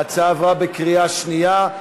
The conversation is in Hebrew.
ההצעה עברה בקריאה שנייה.